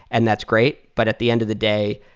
and that's great. but at the end of the day,